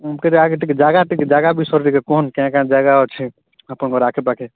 କେତେ ଆଗେ ଟିକେ ଜାଗା ଟିକେ ଜାଗା ବିଷୟରେ ଟିକେ କୁହନ୍ କେନ୍ କେନ୍ ଜାଗା ଅଛି ଆପଣଙ୍କ ଆଖେ ପାଖେ